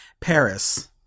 Paris